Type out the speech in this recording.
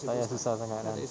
tak payah susah sangat lah